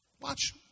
Watch